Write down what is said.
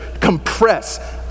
compress